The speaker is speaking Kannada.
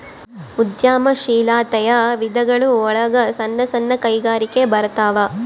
ಉದ್ಯಮ ಶೀಲಾತೆಯ ವಿಧಗಳು ಒಳಗ ಸಣ್ಣ ಸಣ್ಣ ಕೈಗಾರಿಕೆ ಬರತಾವ